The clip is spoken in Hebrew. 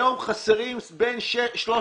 היום חסרים בין 3,000